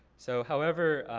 so however,